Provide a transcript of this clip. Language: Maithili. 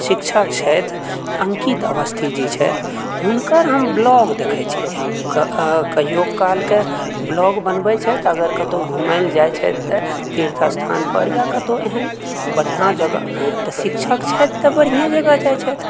शिक्षक छथि अङ्कित अवस्थी जी छथि हुनकर हम ब्लॉग देखैत छी कऽ कहिओ कहलकए ब्लॉग बनबै छथि अगर कतहुँ घुमए लऽ जाइत छथि तऽ तीर्थ स्थान पर या कतहुँ एहन बढ़िआँ जगह तऽ शिक्षक छथि तऽ बढ़िए जगह जाइत छथि